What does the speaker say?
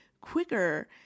quicker